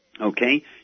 okay